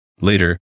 Later